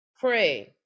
Pray